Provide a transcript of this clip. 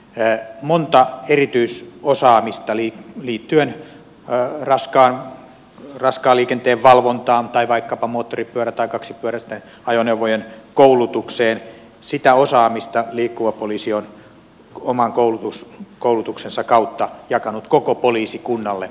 he monta erityis osaamista liike montaa erityisosaamista liittyen raskaan liikenteen valvontaan tai vaikkapa kaksipyöräisten ajoneuvojen koulutukseen liikkuva poliisi on oman koulutuksensa kautta jakanut koko poliisikunnalle